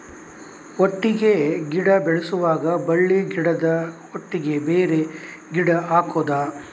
ಒಟ್ಟಿಗೆ ಗಿಡ ಬೆಳೆಸುವಾಗ ಬಳ್ಳಿ ಗಿಡದ ಒಟ್ಟಿಗೆ ಬೇರೆ ಗಿಡ ಹಾಕುದ?